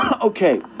Okay